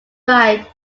ride